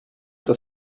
the